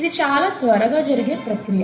ఇది చాలా త్వరగా జరిగే ప్రక్రియ